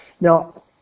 Now